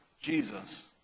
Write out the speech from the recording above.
Jesus